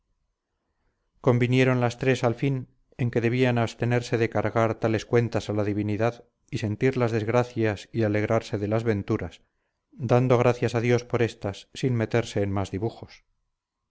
muere convinieron las tres al fin en que debían abstenerse de cargar tales cuentas a la divinidad y sentir las desgracias y alegrarse de las venturas dando gracias a dios por estas sin meterse en más dibujos